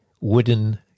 wooden